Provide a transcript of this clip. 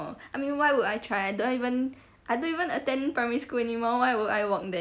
I mean why would I try don't even I don't even attend primary school anymore why would I walk there